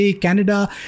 Canada